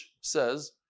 says